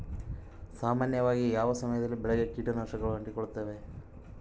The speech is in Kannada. ಸಾಮಾನ್ಯವಾಗಿ ಯಾವ ಸಮಯದಲ್ಲಿ ಬೆಳೆಗೆ ಕೇಟನಾಶಕಗಳು ಅಂಟಿಕೊಳ್ಳುತ್ತವೆ?